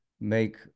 make